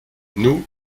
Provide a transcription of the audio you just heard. nous